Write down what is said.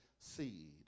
seed